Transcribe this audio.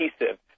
adhesive